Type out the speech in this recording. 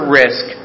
risk